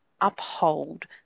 uphold